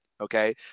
okay